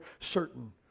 certain